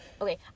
Okay